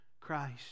Christ